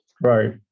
Right